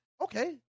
Okay